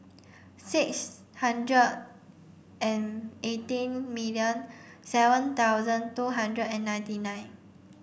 six hundred and eighteen million seven thousand two hundred and ninety nine